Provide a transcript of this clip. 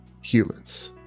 humans